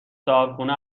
صاحبخونه